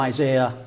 Isaiah